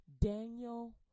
daniel